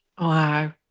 Wow